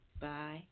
Bye